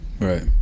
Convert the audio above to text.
Right